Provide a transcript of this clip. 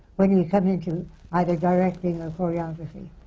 like and you come into either directing or choreography?